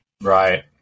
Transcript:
Right